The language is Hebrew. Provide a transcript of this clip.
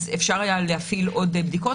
אפשר היה להפעיל עוד בדיקות.